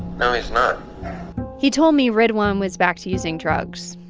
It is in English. no, he's not he told me ridwan was back to using drugs.